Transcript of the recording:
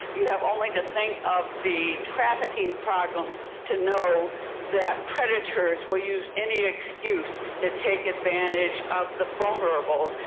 you have only to think of the tracking problem to know that predators will use any excuse to take advantage of the vulnerable.